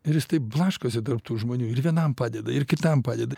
ir jis taip blaškosi tarp tų žmonių ir vienam padeda ir kitam padeda